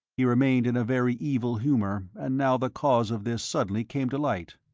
he remained in a very evil humour, and now the cause of this suddenly came to light.